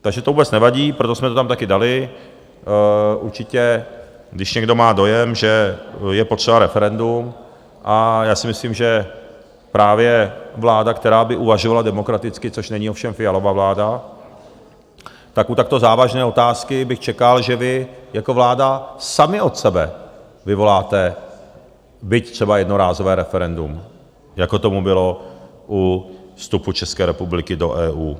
Takže to vůbec nevadí, proto jsme to tam taky dali, určitě, když někdo má dojem, že je potřeba referendum, a já si myslím, že právě vláda, která by uvažovala demokraticky, což není ovšem Fialova vláda, tak u takto závažné otázky bych čekal, že vy jako vláda sami od sebe vyvoláte byť třeba jednorázové referendum, jako tomu bylo u vstupu České republiky do EU.